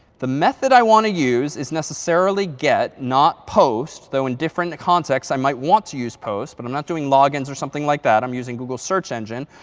the method i want to use is necessarily get, not post. though in different contexts, i might want to use post. but i'm not doing logons or something like that. i'm using google search engine.